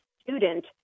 student